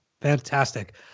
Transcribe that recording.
Fantastic